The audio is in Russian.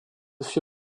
всё